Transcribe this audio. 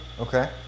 Okay